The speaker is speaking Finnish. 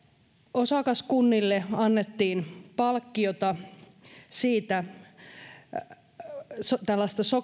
osakaskunnille annettiin palkkiota tällaista